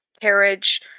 carriage